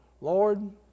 Lord